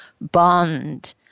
bond